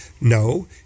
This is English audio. No